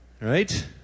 right